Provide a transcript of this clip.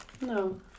No